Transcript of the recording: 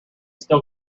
still